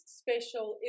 special